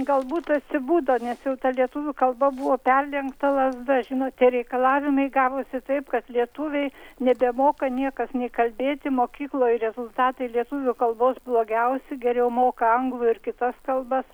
galbūt atsibudo nes jau ta lietuvių kalba buvo perlenkta lazda žinote reikalavimai gavosi taip kad lietuviai nebemoka niekas nė kalbėti mokykloje rezultatai lietuvių kalbos blogiausi geriau moka anglų ir kitas kalbas